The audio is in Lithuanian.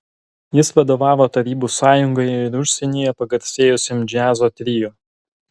jis vadovavo tarybų sąjungoje ir užsienyje pagarsėjusiam džiazo trio